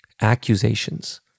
accusations